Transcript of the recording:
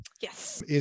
Yes